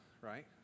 right